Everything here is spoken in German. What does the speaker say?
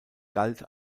galt